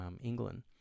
England